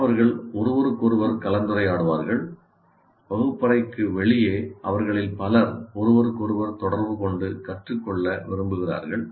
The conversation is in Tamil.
மாணவர்கள் ஒருவருக்கொருவர் கலந்துரையாடுவார்கள் வகுப்பறைக்கு வெளியே அவர்களில் பலர் ஒருவருக்கொருவர் தொடர்புகொண்டு கற்றுக்கொள்ள விரும்புகிறார்கள்